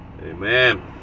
amen